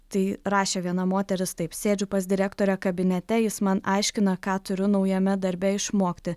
tai rašė viena moteris taip sėdžiu pas direktorę kabinete jis man aiškina ką turiu naujame darbe išmokti